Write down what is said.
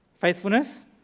Faithfulness